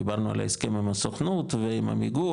דיברנו על ההסכם עם הסוכנות ועל עמיגור,